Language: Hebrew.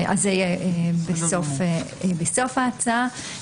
זה יהיה בסוף ההצעה.